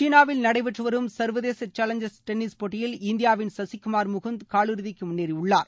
சீனாவில் நடைபெற்றும் சர்வேதச சேலஞ்சர் டென்னிஸ் போட்டியில் இந்தியாவின் சசிகுமார் முகுந்த் காலிறுதிக்கு முன்னேறியுள்ளார்